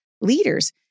leaders